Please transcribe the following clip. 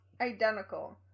identical